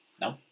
No